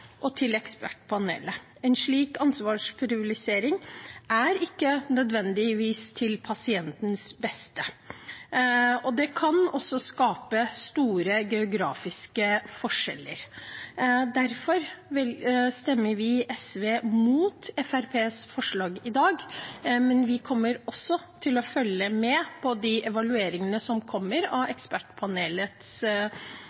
og til Ekspertpanelet. En slik ansvarspulverisering er ikke nødvendigvis til pasientens beste, og det kan også skape store geografiske forskjeller. Derfor stemmer vi i SV mot Fremskrittspartiets forslag i dag. Men vi kommer også til å følge med på de evalueringene som kommer av